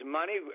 money